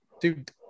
dude